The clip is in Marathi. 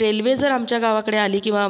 रेल्वे जर आमच्या गावाकडे आली किंवा